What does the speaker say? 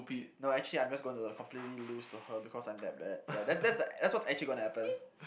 no actually I'm just gonna completely lose to her because I'm that bad ya that that's what's actually gonna happen